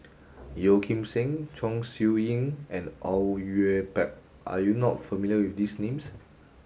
Yeo Kim Seng Chong Siew Ying and Au Yue Pak are you not familiar with these names